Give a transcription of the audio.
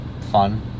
fun